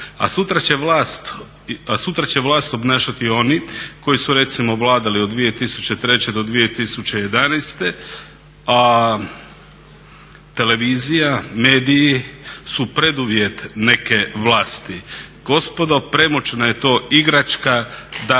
a sutra će vlat obnašati oni koji su recimo vladali od 2003. do 2011. a televizija, mediji su preduvjet neke vlasti. Gospodo premoćna je to igračka da